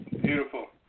Beautiful